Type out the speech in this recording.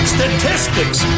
Statistics